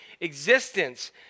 existence